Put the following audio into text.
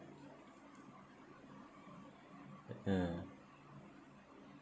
a'ah